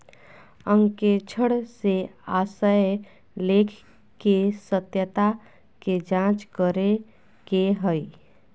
अंकेक्षण से आशय लेख के सत्यता के जांच करे के हइ